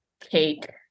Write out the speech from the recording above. cake